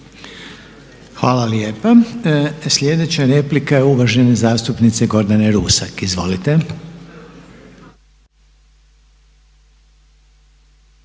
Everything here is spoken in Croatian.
Hvala lijepa. Slijedeća replika je uvaženog zastupnika Milivoja Špike. Izvolite.